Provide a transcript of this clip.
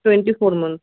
twenty four month